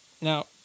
Now